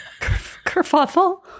Kerfuffle